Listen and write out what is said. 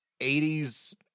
80s